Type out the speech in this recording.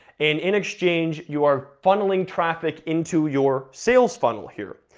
and in exchange you are funneling traffic into your sales funnel here.